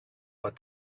but